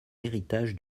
héritage